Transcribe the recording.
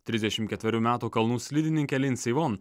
trisdešimt ketverių metų kalnų slidininkė lindsi von